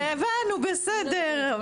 הבנו, בסדר.